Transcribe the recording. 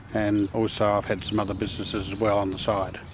and also i've had some other businesses as well on the side.